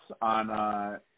on